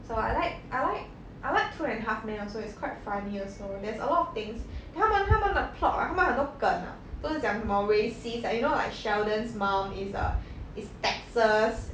so I like I like I like two and a half men also it's quite funny also there's a lot of things then 他们他们的 plot right 他们很多梗啊不是讲什么 racist like you know like sheldon's mum is err is texas